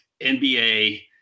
NBA